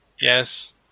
Yes